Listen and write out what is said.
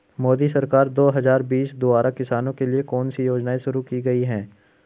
मोदी सरकार दो हज़ार बीस द्वारा किसानों के लिए कौन सी योजनाएं शुरू की गई हैं?